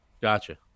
gotcha